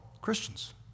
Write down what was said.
Christians